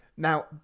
Now